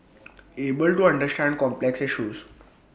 able to understand complex issues